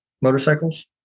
motorcycles